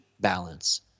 balance